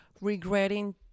regretting